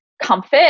comfort